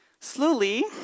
Slowly